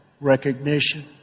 recognition